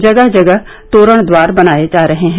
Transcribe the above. जगह जगह तोरण द्वार बनाए जा रहे हैं